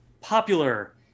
popular